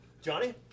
Johnny